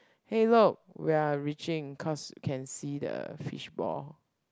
hey look we are reaching cause can see the fish ball